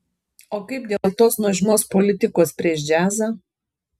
o kaip dėl tos nuožmios politikos prieš džiazą